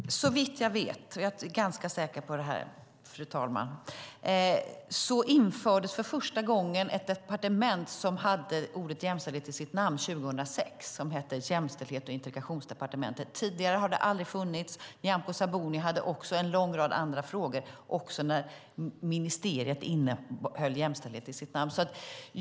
Fru talman! Såvitt jag vet - och jag är ganska säker på detta - infördes för första gången ett departement som hade ordet jämställdhet i sitt namn 2006. Det hette Jämställdhets och integrationsdepartementet. Tidigare hade det aldrig funnits. Nyamko Sabuni hade också en lång rad andra frågor när ministeriet innehöll ordet jämställdhet i sitt namn.